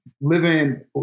living